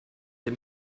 dem